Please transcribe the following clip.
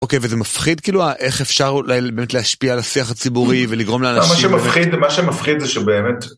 אוקיי וזה מפחיד כאילו איך אפשר באמת להשפיע על השיח הציבורי ולגרום לאנשים מה שמפחיד זה שבאמת.